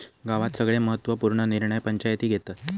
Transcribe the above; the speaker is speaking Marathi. गावात सगळे महत्त्व पूर्ण निर्णय पंचायती घेतत